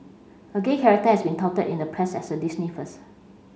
a gay character has been touted in the press as a Disney first